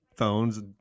phones